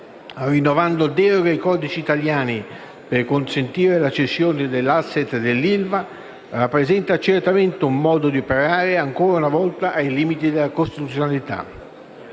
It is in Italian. rinnovando deroghe ai codici italiani per consentire la cessione degli *asset* dell'ILVA, rappresenta certamente un modo di operare ancora una volta ai limiti della costituzionalità.